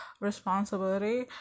responsibility